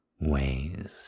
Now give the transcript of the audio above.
ways